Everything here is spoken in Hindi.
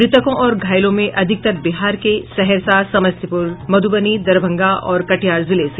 मृतकों और घायलों में अधिकतर बिहार के सहरसा समस्तीपुर मधुबनी दरभंगा और कटिहार जिले से